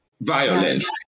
violence